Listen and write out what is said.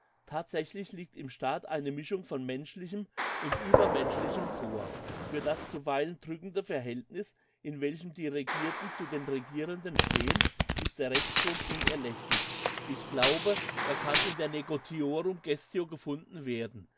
thatsächlich liegt im staat eine mischung von menschlichem und uebermenschlichem vor für das zuweilen drückende verhältniss in welchem die regierten zu den regierenden stehen ist ein rechtsgrund unerlässlich ich glaube er kann in der negotiorum gestio gefunden werden